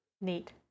Neat